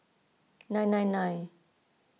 nine nine nine